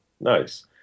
nice